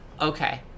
Okay